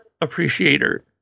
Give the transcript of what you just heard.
appreciator